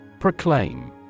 Proclaim